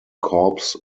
corpse